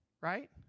right